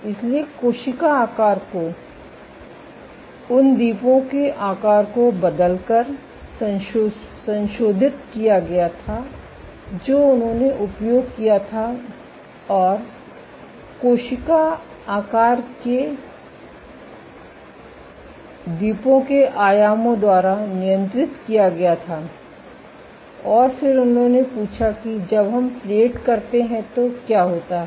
इसलिए कोशिका आकार को उन द्वीपों के आकार को बदलकर संशोधित किया गया था जो उन्होंने उपयोग किया था और कोशिका आकार द्वीपों के आयामों द्वारा नियंत्रित किया गया था और फिर उन्होंने पूछा कि जब हम प्लेट करते हैं तो क्या होता है